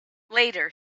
later